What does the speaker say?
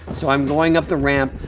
so i'm going up the ramp,